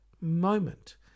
moment